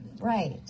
Right